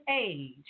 age